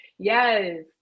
Yes